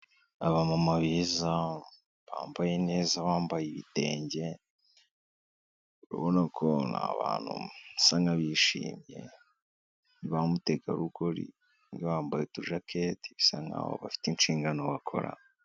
Abamama beza bambaye neza bambaye ibitenge, urabona ko ni abantu basa nk'abishimye ba mutegarugori bambaye utujakete bisa nk'aho bafite inshingano bakora.